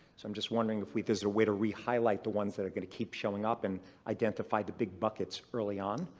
so i'm just wondering if there's a way to re-highlight the ones that are going to keep showing up and identify the big buckets early on